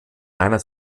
seiner